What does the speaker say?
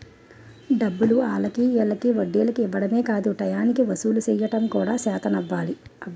డబ్బులు ఆల్లకి ఈల్లకి వడ్డీలకి ఇవ్వడమే కాదు టయానికి వసూలు సెయ్యడం కూడా సేతనవ్వాలి